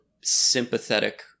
sympathetic